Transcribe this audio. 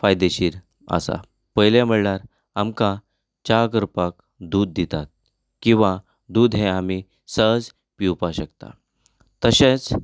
फायदेशीर आसा पयलें म्हणल्यारआमकां च्या करपाक दूद दिता किंवा दूद हें आमी सहज पिवपाक शकता तशेंच